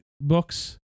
books